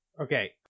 Okay